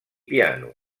piano